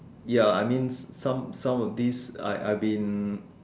ya I mean some some of these I've been